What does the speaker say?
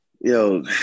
Yo